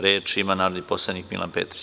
Reč ima narodni poslanik Milan Petrić.